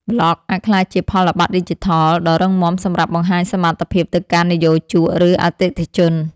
ប្លក់អាចក្លាយជាផលប័ត្រឌីជីថល ដ៏រឹងមាំសម្រាប់បង្ហាញសមត្ថភាពទៅកាន់និយោជក ឬអតិថិជន។